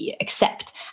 accept